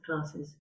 classes